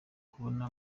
kubona